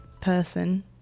person